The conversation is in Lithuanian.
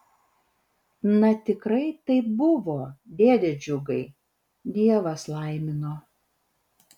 na tikrai taip buvo dėde džiugai dievas laimino